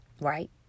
Right